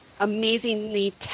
amazingly